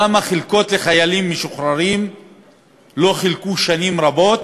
למה חלקות לחיילים משוחררים לא חולקו שנים רבות,